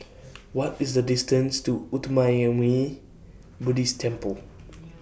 What IS The distance to Uttamayanmuni Buddhist Temple